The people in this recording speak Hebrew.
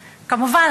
כמובן,